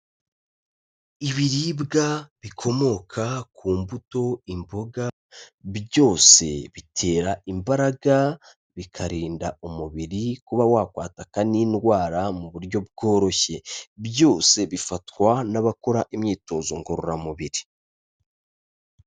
Ibiribwa bikomoka ku mbuto, imboga byose bitera imbaraga bikarinda umubiri kuba wakwataka n'indwara mu buryo bworoshye, byose bifatwa n'abakora imyitozo ngororamubiri.